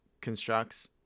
Constructs